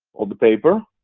fold the paper.